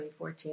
2014